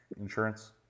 insurance